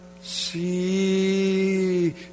See